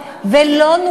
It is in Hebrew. לא צריך יותר חוק,